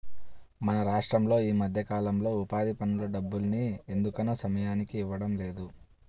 మన రాష్టంలో ఈ మధ్యకాలంలో ఉపాధి పనుల డబ్బుల్ని ఎందుకనో సమయానికి ఇవ్వడం లేదు